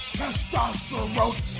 testosterone